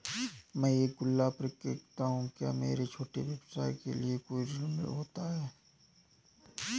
मैं एक गल्ला विक्रेता हूँ क्या मेरे छोटे से व्यवसाय के लिए कोई ऋण है?